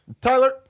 tyler